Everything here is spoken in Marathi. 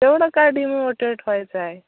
एवढं काय डिमोटेट व्हायचं आहे